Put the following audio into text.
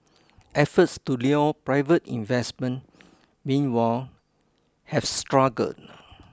efforts to lure private investment meanwhile have struggled